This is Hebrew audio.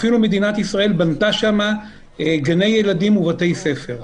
ואפילו מדינת ישראל בנתה שם גני ילדים ובתי ספר.